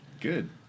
Good